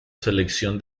selección